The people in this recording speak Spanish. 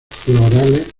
florales